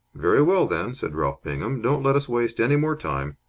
very well, then, said ralph bingham. don't let us waste any more time.